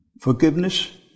forgiveness